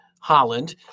Holland